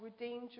redeemed